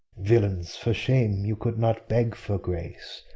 villains, for shame you could not beg for grace.